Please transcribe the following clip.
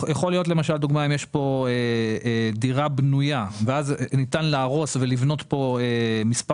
יכול להיות למשל אם יש כאן דירה בנויה ואז ניתן להרוס ולבנות כאן מספר